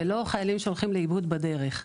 ולא חיילים שהולכים לאיבוד בדרך,